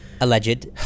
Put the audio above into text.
Alleged